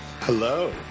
hello